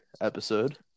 episode